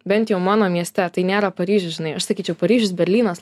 bent jau mano mieste tai nėra paryžius žinai aš sakyčiau paryžius berlynas